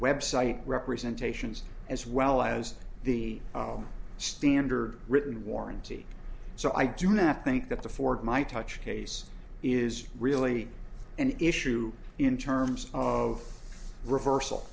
website representations as well as the standard written warranty so i do not think that the ford might touch case is really an issue in terms of reversal